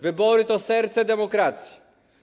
Wybory to serce demokracji.